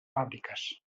fàbriques